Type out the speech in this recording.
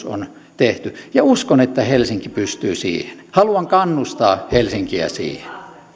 on tehty ja uskon että helsinki pystyy siihen haluan kannustaa helsinkiä siihen